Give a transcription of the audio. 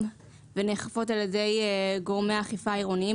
ונאכפות על ידי גורמי אכיפה עירוניים.